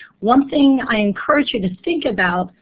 one thing i encourage you to think about,